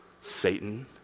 Satan